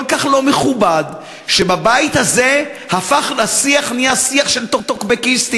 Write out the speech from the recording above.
כל כך לא מכובד שבבית הזה השיח נהיה שיח של טוקבקיסטים,